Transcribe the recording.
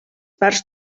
parts